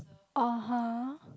(uh huh)